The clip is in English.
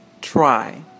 try